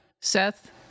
Seth